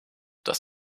dass